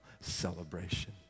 celebration